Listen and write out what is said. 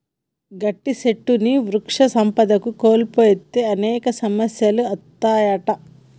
గట్టి సెట్లుని వృక్ష సంపదను కోల్పోతే అనేక సమస్యలు అత్తాయంట